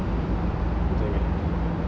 aku tak ingat